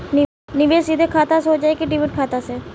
निवेश सीधे खाता से होजाई कि डिमेट खाता से?